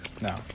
No